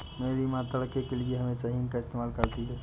मेरी मां तड़के के लिए हमेशा हींग का इस्तेमाल करती हैं